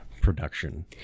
production